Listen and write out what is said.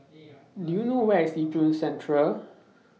Do YOU know Where IS Yishun Central